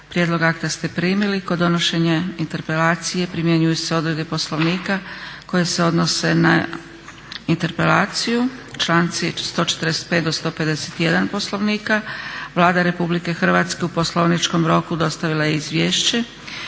Prijedlog akta ste primili. Kod donošenja interpelacije primjenjuju se odredbe Poslovnika koje se odnose na interpelaciju članci 145.do 151. Poslovnika. Vlada RH u poslovničkom roku dostavila je izvješće.